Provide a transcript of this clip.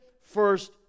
first